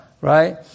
right